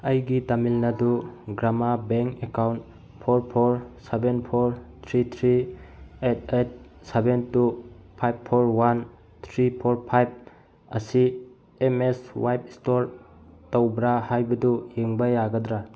ꯑꯩꯒꯤ ꯇꯥꯃꯤꯜ ꯅꯥꯗꯨ Grama bank account four four seven four three three eight eight seven two five four one three four five ꯑꯁꯤ M S ꯋꯥꯏꯞ ꯏꯁꯇꯣꯔ ꯇꯧꯕ꯭ꯔꯥ ꯍꯥꯏꯕꯗꯨ ꯌꯦꯡꯕ ꯌꯥꯒꯗ꯭ꯔꯥ